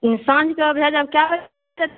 साँझके भेजब केशए बजे